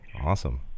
Awesome